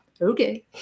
Okay